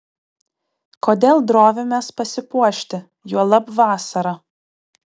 kodėl drovimės pasipuošti juolab vasarą